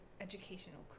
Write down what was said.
Educational